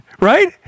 Right